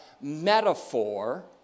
metaphor